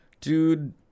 Dude